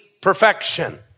perfection